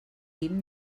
guim